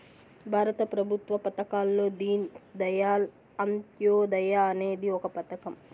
భారత ప్రభుత్వ పథకాల్లో దీన్ దయాళ్ అంత్యోదయ అనేది ఒక పథకం